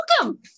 Welcome